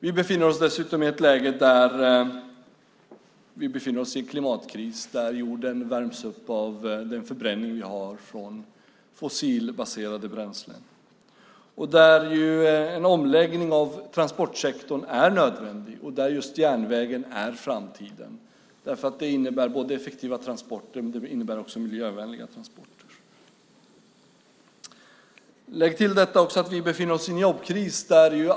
Vi befinner oss dessutom i en klimatkris; jorden värms upp på grund av förbränningen av fossilbaserade bränslen. En omläggning av transportsektorn är därför nödvändig, och just järnvägen är framtiden. Det innebär effektiva och också miljövänliga transporter. Till detta kan läggas att vi befinner oss i en jobbkris.